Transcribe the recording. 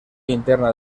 interna